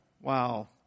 wow